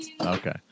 Okay